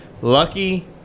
Lucky